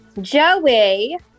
Joey